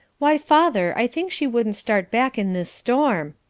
why, father, i think she wouldn't start back in this storm.